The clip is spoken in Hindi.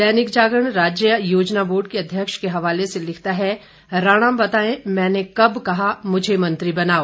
दैनिक जागरण राज्य योजना बोर्ड के अध्यक्षा से लिखता है राणा बताएं मैंने कब कहा मुझे मंत्री बनाओ